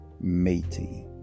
Matey